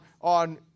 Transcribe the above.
on